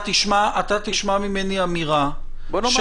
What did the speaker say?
אתה תשמע ממני אמירה --- בוא נאמר את זה.